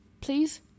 please